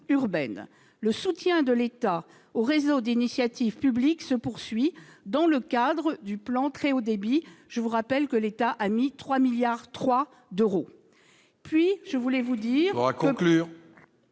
Le soutien de l'État aux réseaux d'initiative publique se poursuit dans le cadre du plan très haut débit, qui, je vous le rappelle, coûte 3,3 milliards d'euros